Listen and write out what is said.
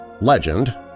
Legend